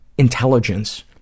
Intelligence